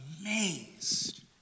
amazed